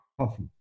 coffee